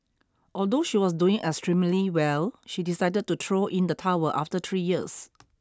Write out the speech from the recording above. although she was doing extremely well she decided to throw in the towel after three years